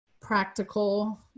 Practical